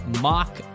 mock